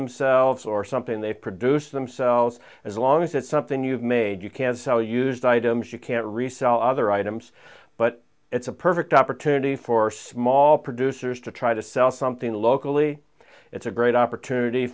themselves or something they produce themselves as long as it's something you've made you can sell used items you can't resell other items but it's a perfect opportunity for small producers to try to sell something locally it's a great opportunity